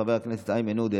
חבר הכנסת איימן עודה,